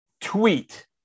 tweet